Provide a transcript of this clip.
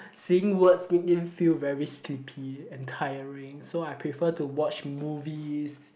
seeing words make me feel very sleepy and tiring so I prefer to watch movies